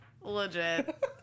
legit